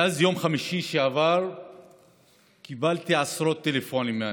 מאז יום חמישי שעבר קיבלתי עשרות טלפונים מאנשים,